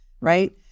right